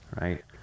right